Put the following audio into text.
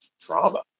trauma